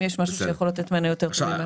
יש משהו שיכול לתת מענה ונחזור אליכם.